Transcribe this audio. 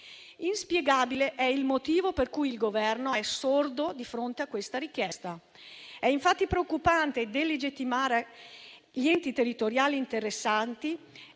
Inspiegabile è il motivo per cui il Governo è sordo di fronte a questa richiesta. È infatti preoccupante delegittimare gli enti territoriali interessati